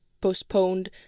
postponed